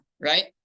right